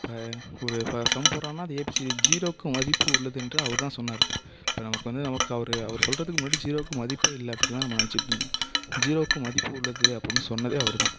இப்போ ஒரு இப்போ சம் போடறோன்னா அது ஏபிசிடி ஜீரோவுக்கு மதிப்பு உள்ளது என்று அவர் தான் சொன்னார் இப்போ நமக்கு வந்து நமக்கு அவரு அவரு சொல்கிறதுக்கு முன்னாடி ஜீரோவுக்கு மதிப்பே இல்லை அப்படிதான் நம்ம நினச்சிட்ருந்தோம் ஜீரோவுக்கு மதிப்பு உள்ளது அப்படின்னு சொன்னதே அவர்தான்